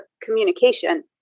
communication